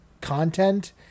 content